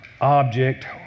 object